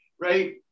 right